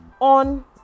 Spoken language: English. on